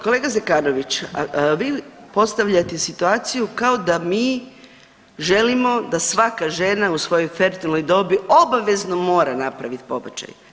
Kolega Zekanović, vi postavljate situaciju kao da mi želimo da svaka žena u svojoj fertilnoj dobi obavezno mora napraviti pobačaj.